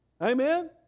Amen